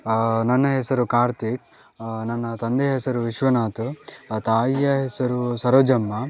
ನನ್ನ ಹೆಸರು ಕಾರ್ತಿಕ್ ನನ್ನ ತಂದೆಯ ಹೆಸರು ವಿಶ್ವನಾಥ ತಾಯಿಯ ಹೆಸರು ಸರೋಜಮ್ಮ